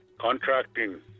contracting